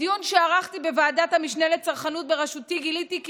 בדיון שערכתי בוועדת המשנה לצרכנות בראשותי גיליתי כי